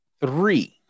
three